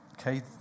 Okay